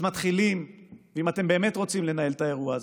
אם אתם באמת רוצים לנהל את האירוע הזה,